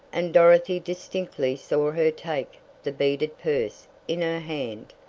and dorothy distinctly saw her take the beaded purse in her hand.